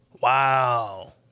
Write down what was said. Wow